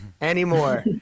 anymore